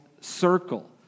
circle